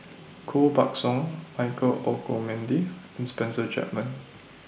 Koh Buck Song Michael Olcomendy and Spencer Chapman